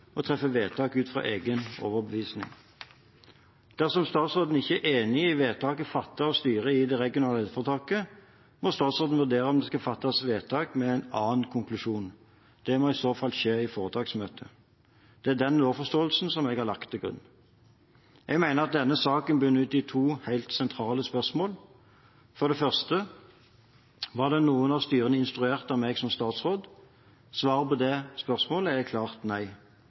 og treffe vedtak ut fra egen overbevisning. Dersom statsråden ikke er enig i vedtaket fattet av styret i det regionale helseforetaket, må statsråden vurdere om det skal fattes vedtak med en annen konklusjon. Det må i så fall skje i foretaksmøtet. Det er den lovforståelsen jeg har lagt til grunn. Jeg mener at denne saken munner ut i to helt sentrale spørsmål: For det første: Var noen av styrene instruert av meg som statsråd? Svaret på det spørsmålet er klart nei.